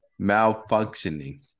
Malfunctioning